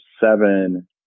seven